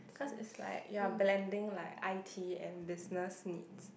because is like you're blending like i_t and business needs